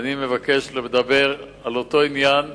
ואני מבקש לדבר על אותו עניין,